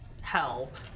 help